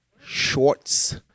shorts